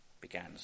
began